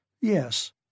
Yes